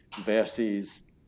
versus